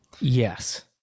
Yes